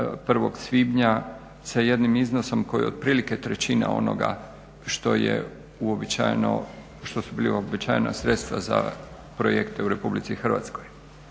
1. svibnja sa jednim iznosom koji je otprilike trećina onoga što je uobičajeno, što su bila uobičajena sredstva za projekte u Republici Hrvatskoj.